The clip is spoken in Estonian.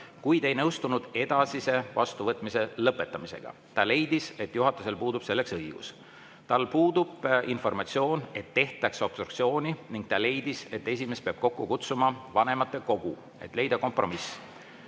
kuid ei nõustunud edasise vastuvõtmise lõpetamisega. Ta leidis, et juhatusel puudub selleks õigus. Tal puudub informatsioon, et tehtaks obstruktsiooni, ning ta leidis, et esimees peab kokku kutsuma vanematekogu, et leida kompromiss.